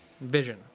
Vision